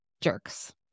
jerks